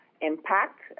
impact